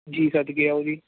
ਜੀ ਸਦਕੇ ਆਓ ਜੀ